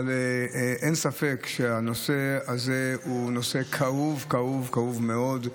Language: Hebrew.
אבל אין ספק שהנושא הזה הוא נושא כאוב, כאוב מאוד.